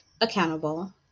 accountable